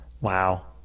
Wow